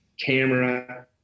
camera